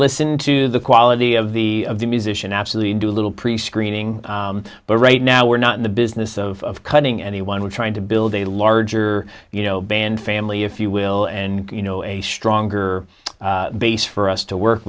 listen to the quality of the of the musician absolutely and do little prescreening but right now we're not in the business of cutting anyone we're trying to build a larger you know band family if you will and you know a stronger base for us to work